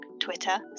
Twitter